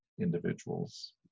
individuals